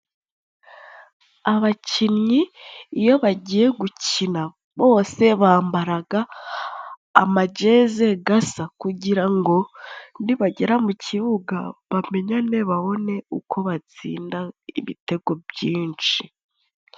Abakinnyi iyo bagiye gukina, bose bambaraga amajezi gasa kugirango nibagera mu kibuga, bamenyane babone uko batsinda ibitego byinshi.